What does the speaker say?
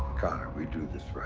connor, we do this right,